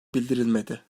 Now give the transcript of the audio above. bildirilmedi